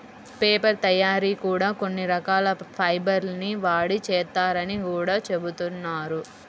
paper తయ్యారీ కూడా కొన్ని రకాల ఫైబర్ ల్ని వాడి చేత్తారని గూడా జెబుతున్నారు